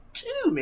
two